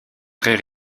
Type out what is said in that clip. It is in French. très